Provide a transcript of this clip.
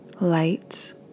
light